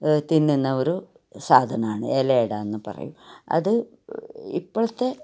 തിന്നുന്ന ഒരു സാധനമാണ് ഇലയടയെന്നു പറയും അത് ഇപ്പോഴത്തെ